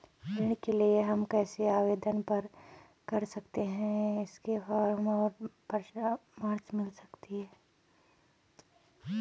ऋण के लिए हम कैसे आवेदन कर सकते हैं इसके फॉर्म और परामर्श मिल सकती है?